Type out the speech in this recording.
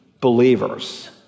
believers